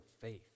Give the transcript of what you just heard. faith